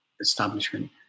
establishment